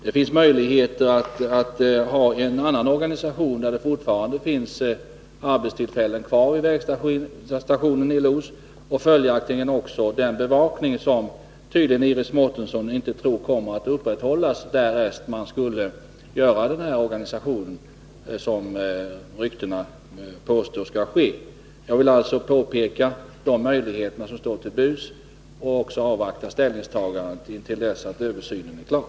Det finns möjlighet att ha en annan organisation, där det fortfarande finns arbetstillfällen kvar vid vägstationen i Los och följaktligen också den bevakning som Iris Mårtensson tydligen inte tror kommer att upprätthållas, därest man skulle ändra organisationen i den riktning som ryktena gör gällande. Jag vill alltså peka på de möjligheter som står till buds och vänta med att ta ställning tills översynen är klar.